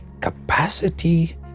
capacity